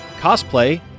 cosplay